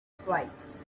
stripes